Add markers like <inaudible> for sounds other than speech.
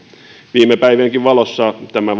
viime päivienkin valossa tämä <unintelligible>